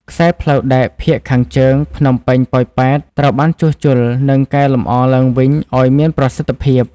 ខ្សែផ្លូវដែកភាគខាងជើង (ភ្នំពេញ-ប៉ោយប៉ែត) ត្រូវបានជួសជុល និងកែលម្អឡើងវិញឱ្យមានប្រសិទ្ធភាព។